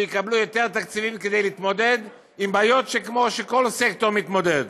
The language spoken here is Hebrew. יקבלו יותר תקציבים כדי להתמודד עם בעיות כמו שכל סקטור מתמודד,